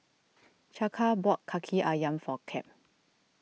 Chaka bought Kaki Ayam for Cap